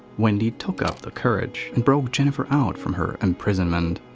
wendy took up the courage and broke jennifer out from her imprisonment.